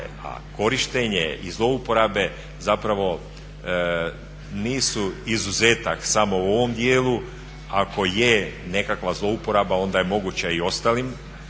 a korištenje i zlouporabe zapravo nisu izuzetak samo u ovom dijelu. Ako je nekakva zlouporaba onda je moguća i ostalim